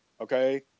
okay